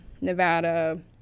Nevada